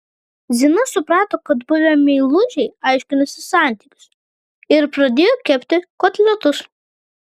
zina suprato kad buvę meilužiai aiškinasi santykius ir pradėjo kepti kotletus